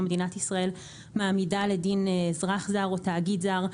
מדינת ישראל מעמידה לדין אזרח זר או תאגיד זר,